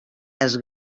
els